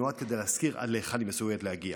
נועד להזכיר עד להיכן היא מסוגלת להגיע.